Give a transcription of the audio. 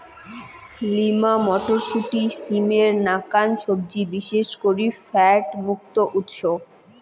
lima মটরশুঁটি, সিমের নাকান সবজি বিশেষ করি ফ্যাট মুক্ত উৎস